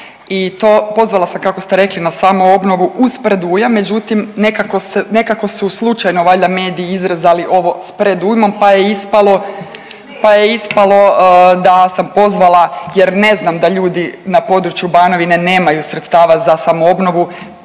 i to pozvala sam kako ste rekli na samoobnovu uz predujam, međutim nekako se, nekako su slučajno valjda mediji izrezali ovo s predujmom, pa je ispalo, pa je ispalo da sam pozvala jer ne znam da ljudi na području Banovine nemaju sredstava za samoobnovu,